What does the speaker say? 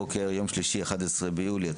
היום יום שלישי 11 ביולי 2023,